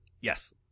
Yes